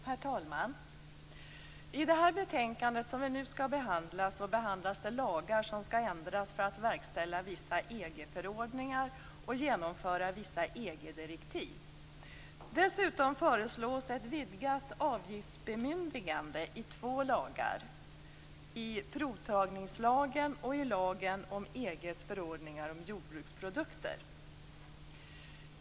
Herr talman! I det här betänkandet behandlas lagar som skall ändras för att verkställa vissa EG förordningar och genomföra vissa EG-direktiv. Dessutom föreslås ett vidgat avgiftsbemyndigande i två lagar: i provtagningslagen och i lagen om EG:s förordningar om jordbruksprodukter.